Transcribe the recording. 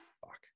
Fuck